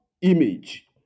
image